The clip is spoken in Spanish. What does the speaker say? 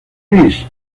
gris